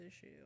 issue